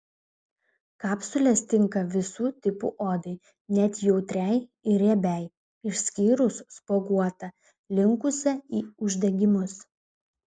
kapsulės tinka visų tipų odai net jautriai ir riebiai išskyrus spuoguotą linkusią į uždegimus